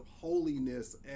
holiness